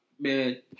Man